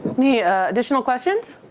any additional questions?